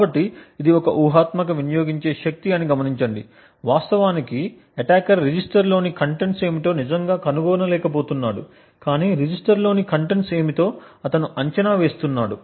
కాబట్టి ఇది ఒక ఊహాత్మక వినియోగించే శక్తి అని గమనించండి కాబట్టి వాస్తవానికి అటాకర్ రిజిస్టర్లోని కంటెంట్స్ ఏమిటో నిజంగా కనుగొనలేకపోతున్నాడు కాని రిజిస్టర్లోని కంటెంట్స్ ఏమిటో అతను అంచనా వేస్తున్నాడు